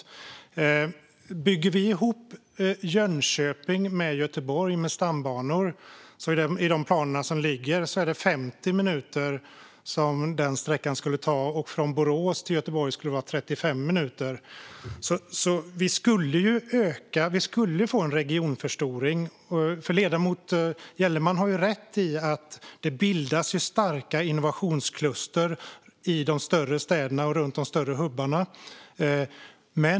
Om vi bygger ihop Jönköping med Göteborg med stambanor skulle den sträckan, enligt de planer som ligger, ta 50 minuter, och från Borås till Göteborg skulle det vara 35 minuter. Vi skulle få en regionförstoring. Ledamoten Gellerman har rätt i att det bildas starka innovationskluster i de större städerna och runt de större hubbarna.